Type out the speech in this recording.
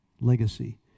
legacy